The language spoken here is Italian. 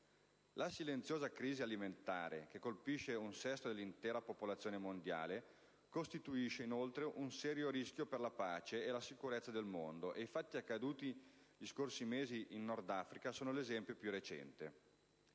La silenziosa crisi alimentare, che colpisce un sesto dell'intera popolazione mondiale, costituisce inoltre un serio rischio per la pace e la sicurezza nel mondo e i fatti accaduti gli scorsi mesi in Nord Africa sono l'esempio più recente.